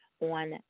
on